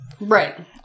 Right